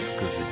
Cause